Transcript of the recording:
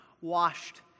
washed